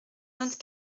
vingt